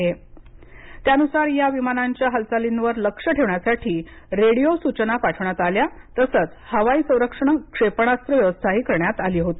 लष्कराने दिलेल्या माहितीनुसार या विमानांच्या हालचालीवर लक्ष ठेवण्यासाठी रेडिओ सूचना पाठवण्यात आल्या तसंच हवाई संरक्षण क्षेपणास्त्र व्यवस्थाही करण्यात आली होती